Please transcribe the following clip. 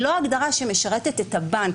היא לא הגדרה שמשרתת את הבנק,